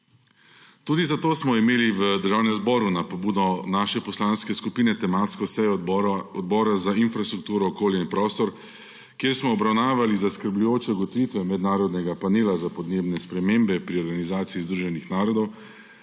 Tudi zato smo imeli v Državnem zboru na pobudo naše poslanske skupine tematsko sejo Odbora za infrastrukturo, okolje in prostor, kjer smo obravnavali zaskrbljujoče ugotovitve Mednarodnega panela za podnebne spremembe pri Organizaciji združenih narodov